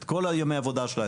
את כל ימי העבודה שלה,